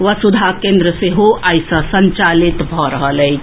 वसुधा केन्द्र सेहो आइ सँ संचालित भऽ रहल अछि